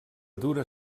dura